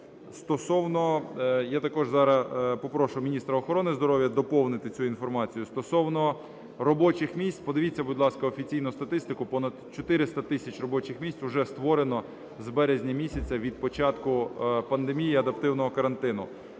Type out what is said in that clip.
Я також зараз попрошу міністра охорони здоров'я доповнити цю інформацію, Стосовно робочих місць. Подивіться, будь ласка, офіційну статистику: понад 400 тисяч робочих місць уже створено з березня місяця від початку пандемії, адаптивного карантину.